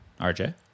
RJ